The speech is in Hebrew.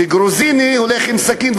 שגרוזיני הולך עם סכין,